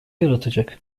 yaratacak